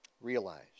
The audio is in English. realize